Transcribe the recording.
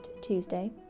Tuesday